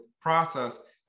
process